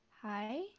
Hi